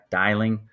dialing